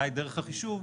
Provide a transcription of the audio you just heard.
מהי דרך החישוב,